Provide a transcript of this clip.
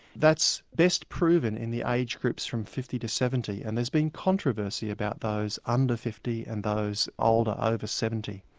that's best proven in the age groups from fifty to seventy, and there's been controversy about those under fifty and those older, over seventy.